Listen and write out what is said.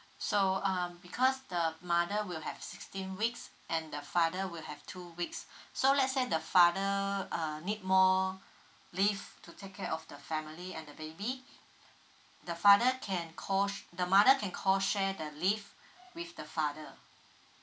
so um because the mother will have sixteen weeks and the father will have two weeks so let's say the father uh need more leave to take care of the family and the baby the father can co sh~ the mother can co share the leave with the father